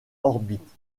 orbites